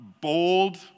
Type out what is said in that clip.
bold